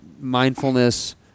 mindfulness